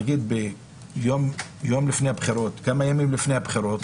נגיד ביום לפני הבחירות או כמה ימים לפני הבחירות